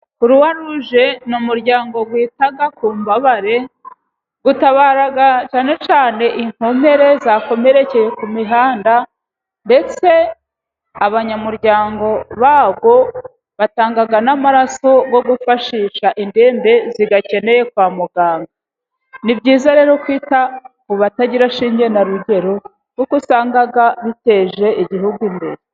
Kuruwaruje ni umuryango wita ku mbabare utabara cyane cyane inkomere zakomerekeye ku mihanda, ndetse abanyamuryango bawo batanga n'amaraso yo gufashisha indembe ziyakeneye kwa muganga. Ni byiza rero kwita kubatagira shinge na rugero, kuko usanga biteje igihugu imbere.